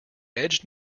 edged